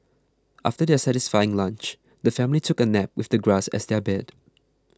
after their satisfying lunch the family took a nap with the grass as their bed